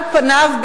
על פניו,